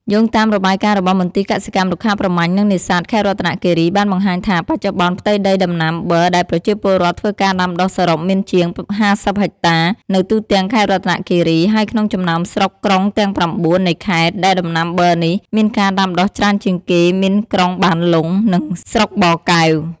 យោងតាមរបាយការណ៍របស់មន្ទីរកសិកម្ម រុក្ខាប្រមាញ់ និងនេសាទខេត្តរតនគិរី បានបង្ហាញថា បច្ចុប្បន្នផ្ទៃដីដំណាំប័រដែលប្រជាពលរដ្ឋធ្វើការដាំដុះសរុបមានជាង ៥០ហិកតា នៅទូទាំងខេត្តរតនគិរី ហើយក្នុងចំណោម ស្រុក ក្រុងទាំង៩ នៃខេត្ត ដែលដំណាំប័រនេះ មានការដាំដុះច្រើនជាងគេ មានក្រុងបានលុង និងស្រុកបរកែវ។